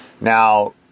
Now